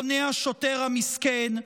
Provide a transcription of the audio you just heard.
עונה השוטר המסכן.